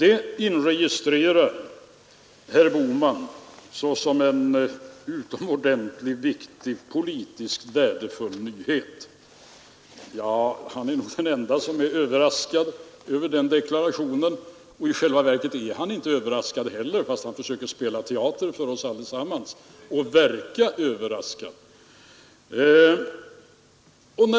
Detta inregistrerar herr Bohman som en utomordentligt viktig, politiskt värdefull nyhet. Ja, herr Bohman är väl den ende som är överraskad över den deklarationen. I själva verket är inte heller han överraskad, fastän han försöker spela teater för oss allesammans genom att verka överraskad.